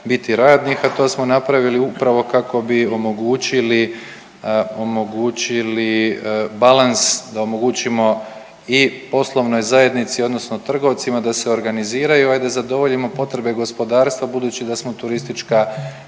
biti radnih, a to smo napravili upravo kako bi omogućili, omogućili balans da omogućimo i poslovnoj zajednici odnosno trgovcima da se organiziraju, a i da zadovoljimo potrebe gospodarstva budući da smo turistička